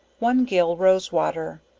one gill rose-water,